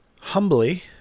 humbly